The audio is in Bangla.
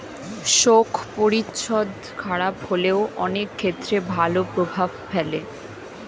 শোক পরিচ্ছদ খারাপ হলেও অনেক ক্ষেত্রে ভালো প্রভাব ফেলে